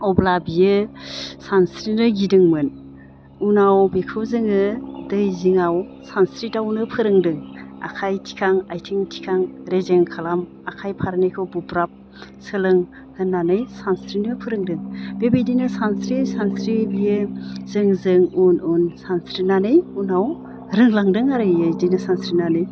अब्ला बियो सानस्रिनो गिदोंमोन उनाव बिखौ जोङो दै जिङाव सानस्रिदावनो फोरोंदों आखाइ थिखां आथिं थिखां रेजें खालाम आखाइ फारनैखौ बुब्राब सोलों होननानै सानस्रिनो फोरोंदों बेबायदिनो सानस्रियै सानस्रियै बियो जोंजों उन उन सानस्रिनानै उनाव रोंलांदो आरो बियो बिदिनो सानस्रिनानै